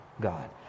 God